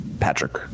Patrick